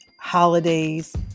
holidays